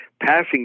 passing